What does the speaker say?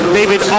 David